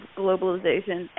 globalization